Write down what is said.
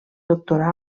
doctorà